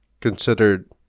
considered